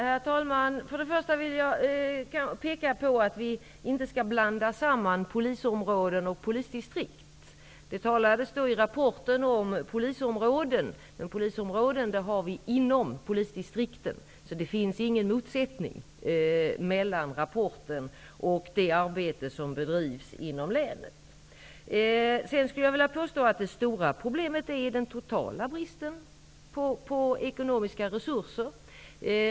Herr talman! Först och främst vill jag att vi inte skall blanda samman polisområden och polisdistrikt. Det talas i rapporten om polisområden. Polisområden finns inom polisdistrikten. Det finns inte någon motsättning mellan rapporten och det arbete som bedrivs inom länet. Jag vill påstå att det stora problemet är den totala bristen på ekonomiska resurser.